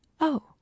Oh